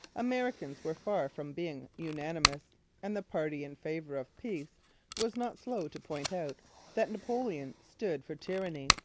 americans were far from being unanimous and the party in favour of peace was not slow to point out that napoleon stood for tyranny,